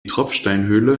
tropfsteinhöhle